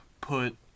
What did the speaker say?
put